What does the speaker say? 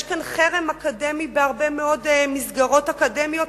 יש חרם אקדמי בהרבה מאוד מסגרות אקדמיות,